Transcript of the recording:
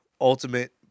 ultimate